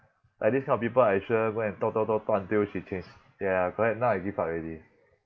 like this kind of people I sure go and talk talk talk talk until she change ya correct now I give up already